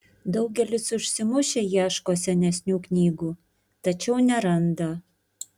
daugelis užsimušę ieško senesnių knygų tačiau neranda